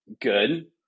Good